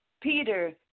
Peter